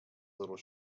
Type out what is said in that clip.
little